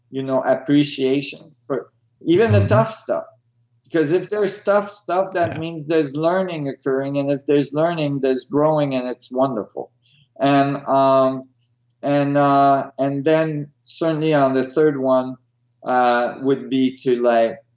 you know appreciation for even a tough stop because if there is tough stop, that means there's learning occurring and if there's learning there's growing and it's wonderful and um and and then, certainly on the third one ah would be to like